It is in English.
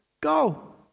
Go